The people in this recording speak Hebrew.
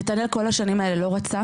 נתנאל כל השנים האלה לא רצה